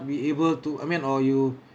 be able to I mean or you